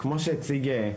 הוצג פה